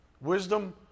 Wisdom